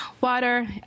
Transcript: water